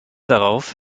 darauf